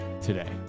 today